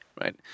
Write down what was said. right